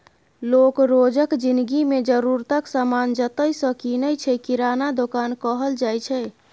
लोक रोजक जिनगी मे जरुरतक समान जतय सँ कीनय छै किराना दोकान कहल जाइ छै